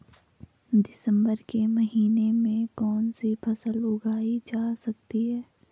दिसम्बर के महीने में कौन सी फसल उगाई जा सकती है?